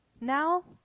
Now